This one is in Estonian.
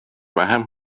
vähem